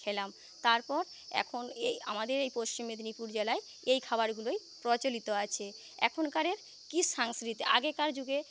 খেলাম তারপর এখন এই আমাদের এই পশ্চিম মেদিনীপুর জেলায় এই খাবারগুলোই প্রচলিত আছে এখনকারের কি সাংস্কৃতিক আগেকার যুগে